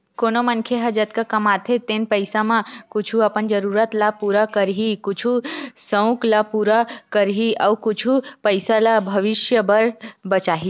कोनो मनखे ह जतका कमाथे तेने पइसा म कुछ अपन जरूरत ल पूरा करही, कुछ सउक ल पूरा करही अउ कुछ पइसा ल भविस्य बर बचाही